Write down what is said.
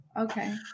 Okay